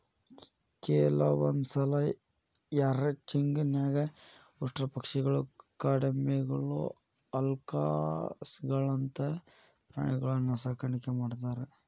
ಕೆಲವಂದ್ಸಲ ರ್ಯಾಂಚಿಂಗ್ ನ್ಯಾಗ ಉಷ್ಟ್ರಪಕ್ಷಿಗಳು, ಕಾಡೆಮ್ಮಿಗಳು, ಅಲ್ಕಾಸ್ಗಳಂತ ಪ್ರಾಣಿಗಳನ್ನೂ ಸಾಕಾಣಿಕೆ ಮಾಡ್ತಾರ